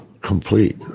complete